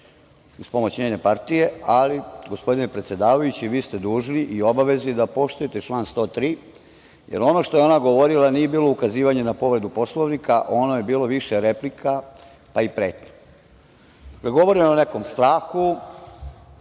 uz pomoć njene partije, ali, gospodine predsedavajući, vi ste dužni i u obavezi da poštujete član 103. jer ono što je ona govorila nije bilo ukazivanje na povredu Poslovnika, ono je bilo više replika, pa i pretnja. Govoreno je o nekom strahu,